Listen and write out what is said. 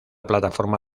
plataforma